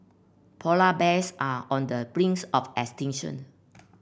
polar bears are on the brings of extinction